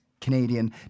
Canadian